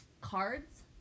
cards